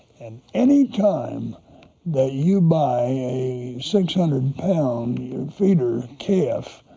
and any time that you buy a six hundred pound feeder calf,